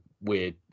weird